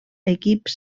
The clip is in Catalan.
equips